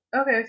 Okay